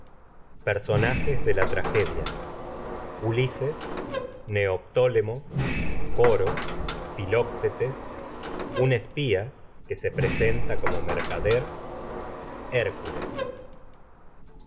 personajes de la tragedia ulises neoptólemo un espía que se presenta como mercader coro hércules